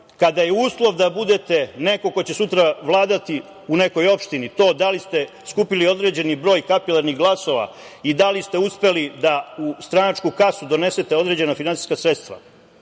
kada je uslov da budete neko ko će sutra vladati u nekoj opštini to da li ste skupili određeni broj kapilarnih glasova i da li ste uspeli da u stranačku kasu donesete određena finansijska sredstva,